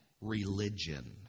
religion